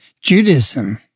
Judaism